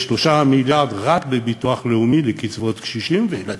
3 מיליארד רק בביטוח לאומי לקצבאות קשישים וילדים.